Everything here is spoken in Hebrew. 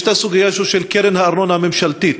יש הסוגיה של קרן הארנונה הממשלתית.